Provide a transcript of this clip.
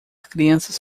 crianças